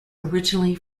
originally